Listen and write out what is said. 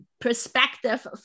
perspective